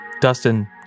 Dustin